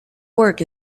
work